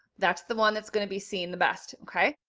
that's the one that's going to be seen the best. okay.